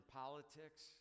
politics